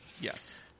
Yes